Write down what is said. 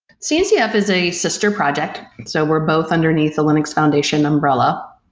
cncf is a sister project. so we're both underneath the linux foundation umbrella.